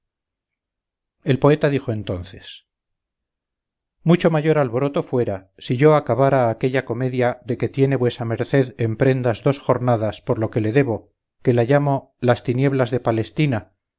el poeta dijo entonces mucho mayor alboroto fuera si yo acabara aquella comedia de que tiene vuesa merced en prendas dos jornadas por lo que le debo que la llamo las tinieblas de palestina